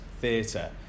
theatre